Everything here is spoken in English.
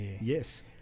Yes